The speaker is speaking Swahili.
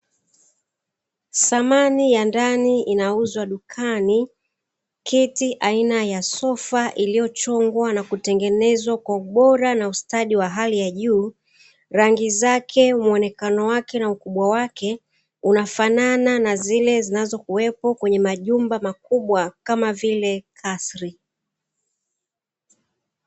Samani ya ndani inauzwa dukani kiti aina ya sofa iliyochongwa na kutengenezwa kwa ubora na ustadi wa hali ya juu, rangi zake muonekano wake na ukubwa wake unafanana na zile zimnazokuwepo kwenye majumba makubwa kama vile kasri.